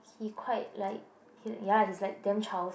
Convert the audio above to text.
he quite like ya he's like damn Charles